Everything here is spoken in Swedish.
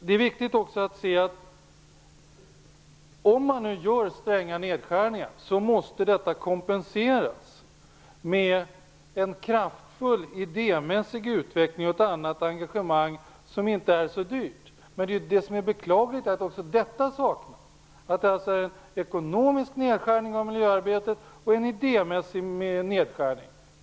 Det är också viktigt att stränga nedskärningar som görs måste kompenseras med en kraftfull idémässig utveckling och ett annat engagemang, som inte är så dyrt. Men det som är beklagligt är att också detta saknas. Det görs alltså en ekonomisk nedskärning och en idémässig nedskärning i miljöarbetet.